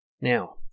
Now